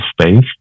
space